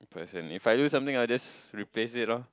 as in if I lose something I just like replace it loh